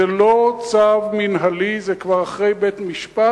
זה לא צו מינהלי, זה כבר אחרי בית-משפט